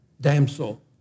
damsel